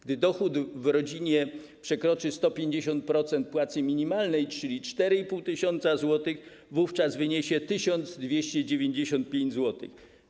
Gdy dochód w rodzinie przekroczy 150% płacy minimalnej, czyli 4500 zł, wówczas wyniesie 1295 zł.